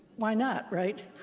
why not, right?